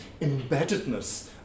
embeddedness